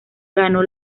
ganó